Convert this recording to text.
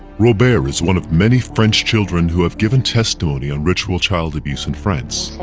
robert is one of many french children who have given testimony on ritual child abuse in france.